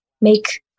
make